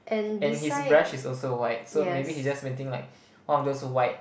and his brush is also white so maybe he just painting like one of those white